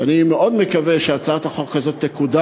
ואני חושב שהדבר הזה לא ראוי, מפני